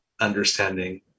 understanding